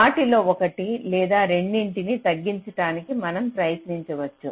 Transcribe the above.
వాటిలో ఒకటి లేదా రెండింటినీ తగ్గించడానికి మనం ప్రయత్నించవచ్చు